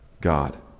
God